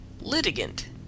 Litigant